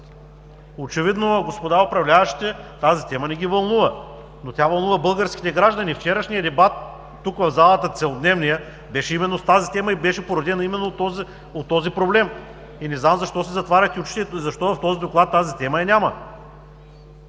Очевидно, господа управляващи, тази тема не Ви вълнува, но тя вълнува българските граждани. Вчерашният дебат тук, в залата – целодневният, беше именно в тази тема и беше породен от този проблем. Не знам защо си затваряте очите и защо в този Доклад тази тема я няма.